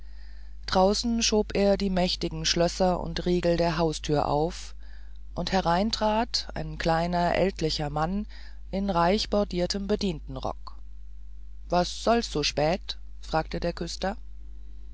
draußen schob er die mächtigen schlösser und riegel der haustür auf und herein trat ein kleiner ältlicher mann in reichbordiertem bedientenrock was soll's so spät fragte der küster